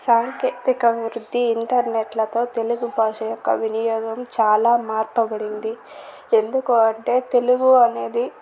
సాంకేతిక వృత్తి ఇంటర్నెట్ లతో తెలుగు భాష యొక్క వినియోగం చాలా మార్పబడింది ఎందుకు అంటే తెలుగు అనేది